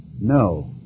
No